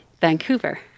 Vancouver